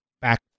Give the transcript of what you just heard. back